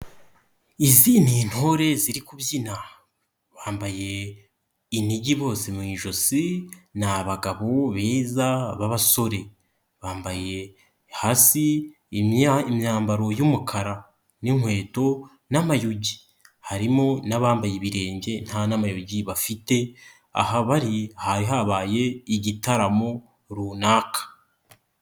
Izi ni intore ziri kubyina bambaye inigi bose mu ijosi ni abagabo beza b'abasore, bambaye hasi imyambaro y'umukara n'inkweto n'amayugi ,harimo n'abambaye ibirenge nta n'amayugi bafite aha bari hari habaye igitaramo runaka.